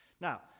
Now